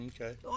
Okay